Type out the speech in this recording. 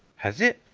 has it?